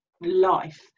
life